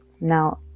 now